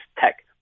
tech